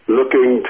looking